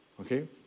okay